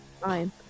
fine